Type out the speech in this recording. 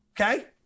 Okay